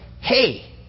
hey